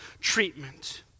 treatment